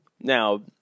Now